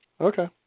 okay